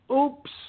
Oops